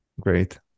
great